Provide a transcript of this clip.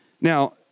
Now